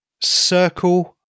Circle-